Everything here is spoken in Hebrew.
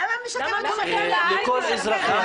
-- לגישה משקמת ומכילה, לכל אזרחי המדינה.